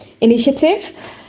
initiative